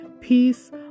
peace